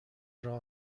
راه